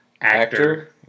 actor